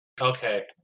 Okay